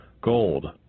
gold